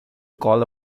call